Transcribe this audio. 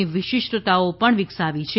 ની વિશિષ્ટતાઓ પણ વિકસાવી છે